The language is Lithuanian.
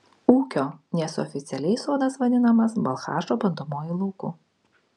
ūkio nes oficialiai sodas vadinamas balchašo bandomuoju lauku